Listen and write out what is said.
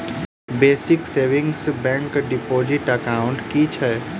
Basic savings bank deposit account की छैक?